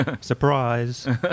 Surprise